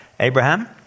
Abraham